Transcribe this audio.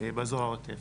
באזור העוטף.